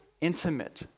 intimate